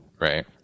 right